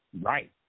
Right